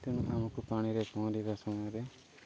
ତେଣୁ ଆମକୁ ପାଣିରେ ପହଁରିବା ସମୟରେ